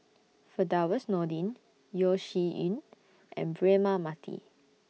Firdaus Nordin Yeo Shih Yun and Braema Mathi